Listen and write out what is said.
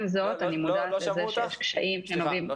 מה